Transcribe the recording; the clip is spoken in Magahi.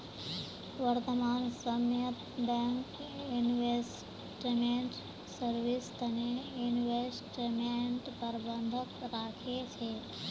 वर्तमान समयत बैंक इन्वेस्टमेंट सर्विस तने इन्वेस्टमेंट प्रबंधक राखे छे